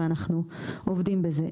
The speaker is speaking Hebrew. ואנחנו עובדים בזה.